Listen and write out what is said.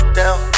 down